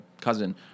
cousin